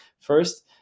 first